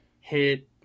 hit